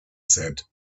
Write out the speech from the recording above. said